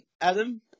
Adam